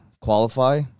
qualify